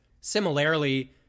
Similarly